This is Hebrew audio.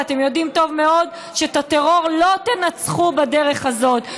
ואתם יודעים טוב מאוד שאת הטרור לא תנצחו בדרך הזאת,